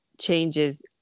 changes